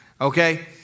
Okay